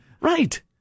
right